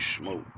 smoke